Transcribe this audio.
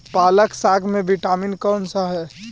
पालक साग में विटामिन कौन सा है?